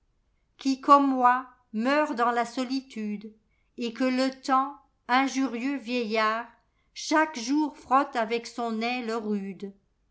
qui comme moi meurt dans la solitude et que le temps injurieux vieillard chaque jour frotte avec son aile rude